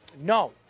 No